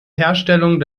herstellung